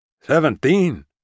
Seventeen